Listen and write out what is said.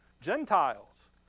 Gentiles